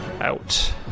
out